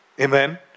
Amen